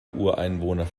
ureinwohner